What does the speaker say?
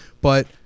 But-